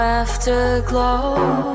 afterglow